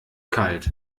kalt